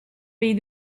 pays